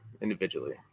individually